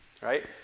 right